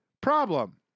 problem